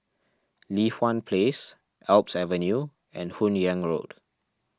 Li Hwan Place Alps Avenue and Hun Yeang Road